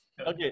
Okay